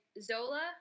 Zola